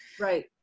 right